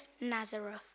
Nazareth